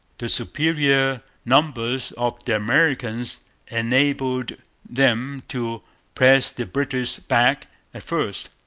the superior numbers of the americans enabled them to press the british back at first.